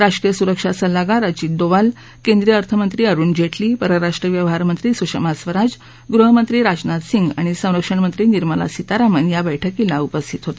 राष्ट्रीय सुरक्षा सल्लागार अजित डोवाल केंद्रीय अर्थमंत्री अरुण जेटली परराष्ट्र व्यवहार मंत्री सुषमा स्वराज गृहमंत्री राजनाथ सिंह आणि संरक्षण मंत्री निर्मला सीतारामन या बैठकीला उपस्थित होते